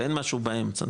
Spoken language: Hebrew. הרי אין משהו באמצע,